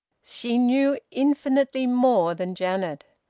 she knew infinitely more than janet.